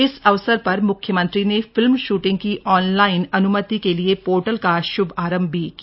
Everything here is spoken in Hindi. इस अवसर पर म्ख्यमंत्री ने फिल्म शूटिंग की ऑनलाइन अन्मति के लिए पोर्टल का श्भारम्भ भी किया